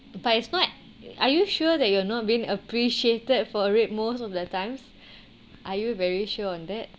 but it's not are you sure that you're not been appreciated for it most of the times are you very sure on that